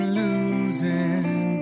losing